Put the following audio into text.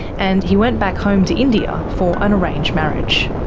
and he went back home to india for an arranged marriage.